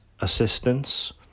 assistance